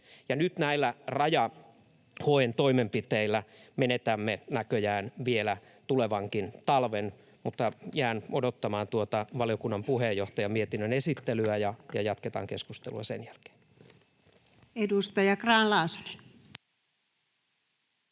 nyt näillä raja-HE:n toimenpiteillä menetämme näköjään vielä tulevan talvenkin. Mutta jään odottamaan tuota valiokunnan puheenjohtajan mietinnön esittelyä, ja jatketaan keskustelua sen jälkeen. [Speech 110] Speaker: